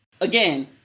Again